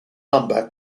number